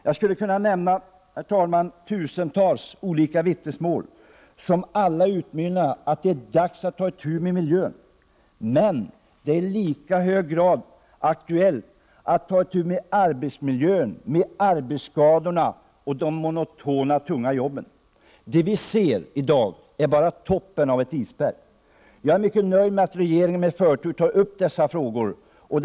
Jag skulle kunna nämna tusentals olika vittnesmål som alla utmynnade i att det är dags att ta itu med miljön. Det är emellertid i mycket hög grad aktuellt att ta itu med arbetsmiljön och arbetsskadorna och de monotona och tunga arbetena. Det vi ser i dag är bara toppen av ett isberg. Jag är mycket nöjd med att regeringen tar upp dessa frågor med förtur.